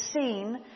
seen